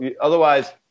Otherwise